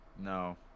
No